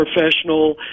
professional